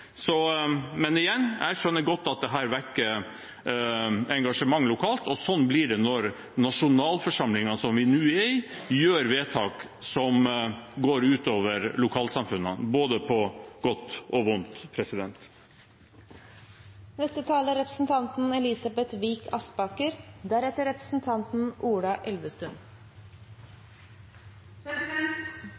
Men igjen: Jeg skjønner godt at dette vekker engasjement lokalt. Slik blir det når nasjonalforsamlingen, som vi er i nå, fatter vedtak som går over ut over lokalsamfunn, på både godt og vondt. Den nye avtalen om forvaltning av Tanavassdraget er